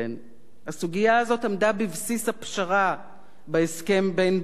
הסוגיה הזאת עמדה בבסיס הפשרה בהסכם בין בן-גוריון,